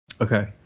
Okay